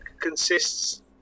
consists